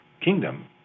kingdom